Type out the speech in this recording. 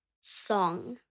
song